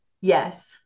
yes